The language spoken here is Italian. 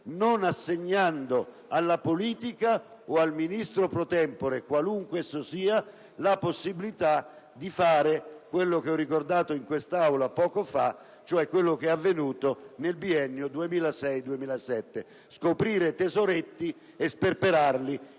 e impedendo alla politica o al Ministro *pro tempore*, qualunque esso sia, la possibilità di fare quello che ho ricordato in questa Aula poco fa, cioè quello che è avvenuto nel biennio 2006-2007: scoprire tesoretti e sperperarli